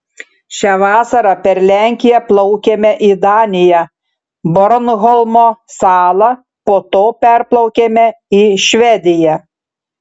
šią vasarą per lenkiją plaukėme į daniją bornholmo salą po to perplaukėme į švediją